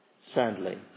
sadly